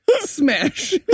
Smash